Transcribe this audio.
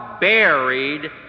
buried